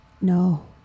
no